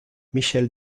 michel